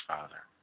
Father